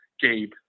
Gabe